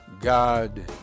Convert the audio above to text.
God